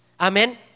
Amen